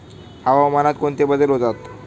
हवामानात कोणते बदल होतात?